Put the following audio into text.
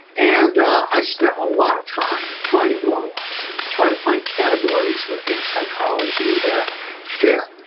and i spent a lot of time trying to normalize and try to find categories within psychology that fear.